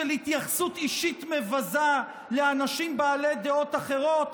של התייחסות אישית מבזה לאנשים בעלי דעות אחרות,